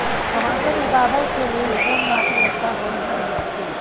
टमाटर उगाबै के लेल कोन माटी अच्छा होय है?